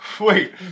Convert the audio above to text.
Wait